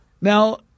Now